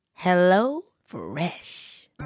HelloFresh